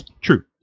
true